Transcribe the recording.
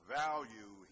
value